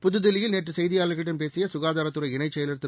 புதுதில்லியில் நேற்று செய்தியாளர்களிடம் பேசிய சுகாதாரத்துறை இணைச் செயலர் திரு